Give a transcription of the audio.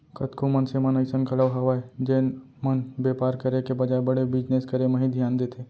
कतको मनसे मन अइसन घलौ हवय जेन मन बेपार करे के बजाय बड़े बिजनेस करे म ही धियान देथे